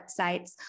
websites